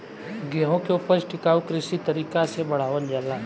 गेंहू के ऊपज टिकाऊ कृषि तरीका से बढ़ावल जाता